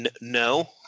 No